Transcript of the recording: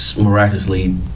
miraculously